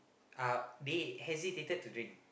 uh they hesitated to drink